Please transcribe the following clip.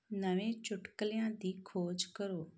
ਨਵੇਂ ਚੁਟਕਲਿਆਂ ਦੀ ਖੋਜ ਕਰੋ